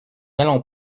n’allons